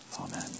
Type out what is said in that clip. Amen